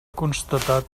constatat